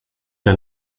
der